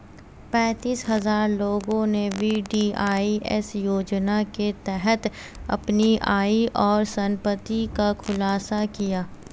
पेंतीस हजार लोगों ने वी.डी.आई.एस योजना के तहत अपनी आय और संपत्ति का खुलासा किया